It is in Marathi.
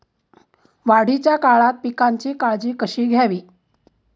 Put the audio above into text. वाढीच्या काळात पिकांची काळजी कशी घ्यावी?